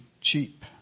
cheap